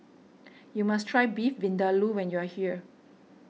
you must try Beef Vindaloo when you are here